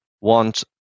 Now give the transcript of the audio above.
want